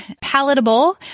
palatable